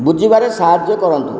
ବୁଝିବାରେ ସାହାଯ୍ୟ କରନ୍ତୁ